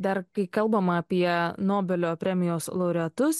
dar kai kalbama apie nobelio premijos laureatus